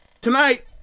tonight